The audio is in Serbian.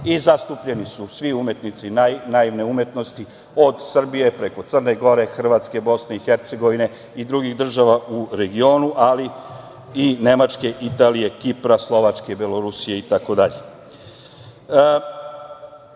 i zastupljeni su svi umetnici naivne umetnosti od Srbije, preko Crne Gore, Hrvatske, Bosne i Hercegovine i drugih država u regionu, ali i Nemačke, Italije, Kipra, Slovačke, Belorusije itd.U